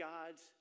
God's